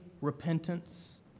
repentance